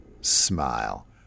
smile